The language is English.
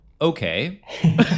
okay